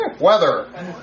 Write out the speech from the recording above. Weather